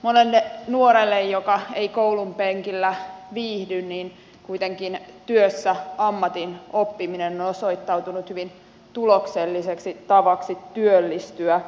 monelle nuorelle joka ei koulunpenkillä viihdy kuitenkin työssä ammatin oppiminen on osoittautunut hyvin tulokselliseksi tavaksi työllistyä